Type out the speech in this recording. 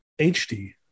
HD